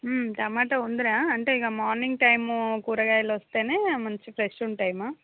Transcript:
tomato ఉందిరా అంటే ఇక మార్నింగ్ టైము కూరగాయలు వస్తేనే మంచిగా ఫ్రెష్ ఉంటాయమ్మా